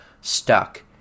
stuck